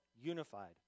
unified